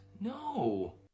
No